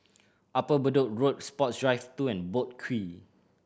Upper Bedok Road Sports Drive Two and Boat Quay